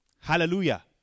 Hallelujah